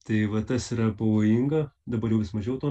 tai va tas yra pavojinga dabar jau vis mažiau to